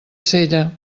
sella